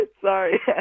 Sorry